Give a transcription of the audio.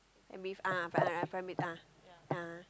and be ah pri~ ah